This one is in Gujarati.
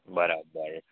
બરાબર